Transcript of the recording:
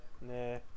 Nah